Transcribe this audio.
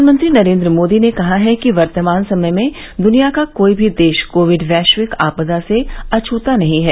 प्रधानमंत्री नरेंद्र मोदी ने कहा है कि वर्तमान समय में द्वनिया का कोई भी देश कोविड वैश्विक आपदा से अछता नहीं है